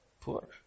poor